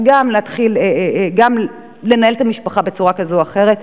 וגם לנהל את המשפחה בצורה כזו או אחרת,